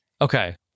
Okay